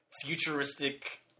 futuristic